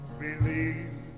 believe